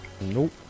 Nope